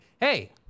hey